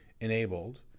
enabled